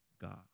God